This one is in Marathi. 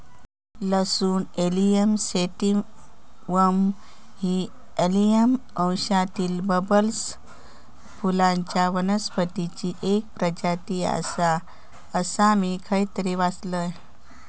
लसूण एलियम सैटिवम ही एलियम वंशातील बल्बस फुलांच्या वनस्पतीची एक प्रजाती आसा, असा मी खयतरी वाचलंय